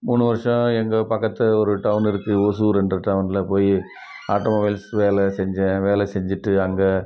மூணு வருஷம் எங்கள் பக்கத்து ஊர் டவுனுருக்கு ஓசூர்ன்ற டவுனில் போய் ஆட்டோ மொபைல்ஸ் வேலை செஞ்ச வேலை செஞ்சுட்டு அங்கே